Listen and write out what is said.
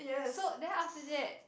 so then after that